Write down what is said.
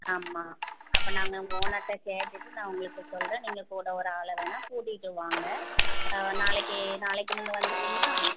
ஆமாம் அப்போ நாங்கள் உங்கள் ஓனர்கிட்ட கேட்டுவிட்டு நான் உங்களுக்கு சொல்கிறேன் நீங்கள் கூட ஒரு ஆளை வேணால் கூட்டிகிட்டு வாங்க நாளைக்கு நாளைக்கு நீங்கள் வந்துடுவீங்களா